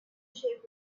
shepherd